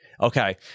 Okay